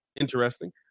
interesting